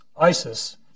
ISIS